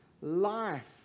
life